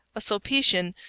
a sulpician,